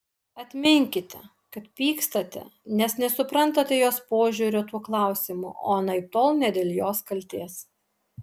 atminkite kad pykstate nes nesuprantate jos požiūrio tuo klausimu o anaiptol ne dėl jos kaltės